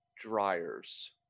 dryers